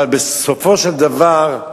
אבל בסופו של דבר,